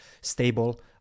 stable